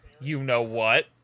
you-know-what